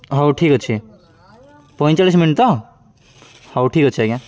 ହଉ ଠିକ୍ ଅଛି ପଇଁଚାଳିଶ ମିନିଟ୍ ତ ହଉ ଠିକ୍ ଅଛି ଆଜ୍ଞା